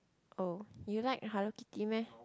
oh you like Hello-Kitty meh